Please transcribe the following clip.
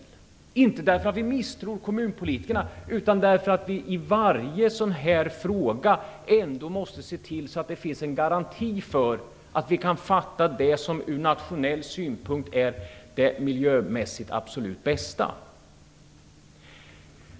Den skall inte finnas därför att vi misstror kommunpolitikerna utan därför att vi måste se till att det finns en garanti, så att vi kan fatta de beslut som sett ur nationell synpunkt är de miljömässigt absolut bästa.